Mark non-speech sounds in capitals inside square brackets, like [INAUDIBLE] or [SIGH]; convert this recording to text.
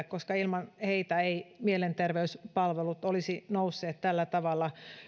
[UNINTELLIGIBLE] koska ilman heitä eivät mielenterveyspalvelut olisi nousseet tällä tavalla